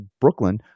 Brooklyn